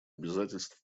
обязательств